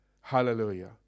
Hallelujah